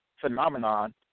phenomenon